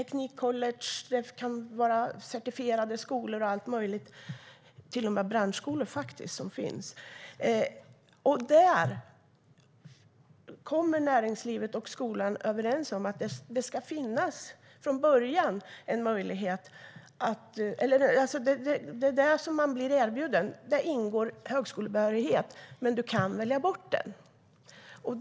Det kan vara på teknikcollege, certifierade skolor och allt möjligt - till och med branschskolor som finns, faktiskt. Högskolebehörighet ingår, men den går att välja bort, och näringslivet och skolan samarbetar.